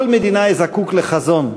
כל מדינאי זקוק לחזון,